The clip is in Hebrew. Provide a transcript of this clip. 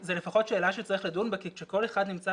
זו לפחות שאלה שצריך לדון בה כי כשכל אחד נמצא